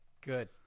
Good